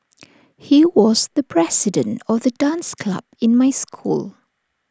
he was the president of the dance club in my school